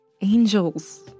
Angels